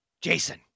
Jason